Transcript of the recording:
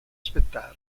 aspettare